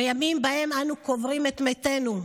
בימים שבהם אנו קוברים את מתינו,